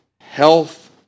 health